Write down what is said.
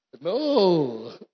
No